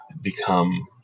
become